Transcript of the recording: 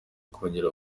kongera